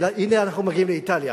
והנה, אנחנו מגיעים לאיטליה,